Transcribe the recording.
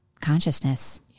consciousness